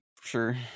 sure